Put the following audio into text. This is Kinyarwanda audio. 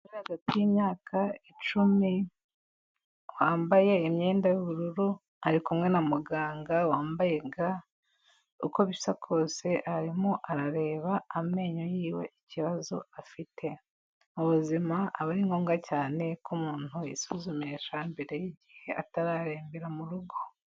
Umwana uri hagati y'imyaka icumi wambaye imyenda y'ubururu ari kumwe na muganga wambaye uturindantoki. Uko bisa kose arimo arareba amenyo y'iwe ikibazo afite. Mu buzima aba ari ngombwa cyane ko umuntu yisuzumisha mbere y'igihe atararembera mu rugo.